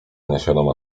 nieświadoma